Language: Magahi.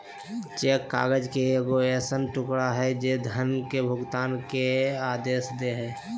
चेक काग़ज़ के एगो ऐसन टुकड़ा हइ जे धन के भुगतान के आदेश दे हइ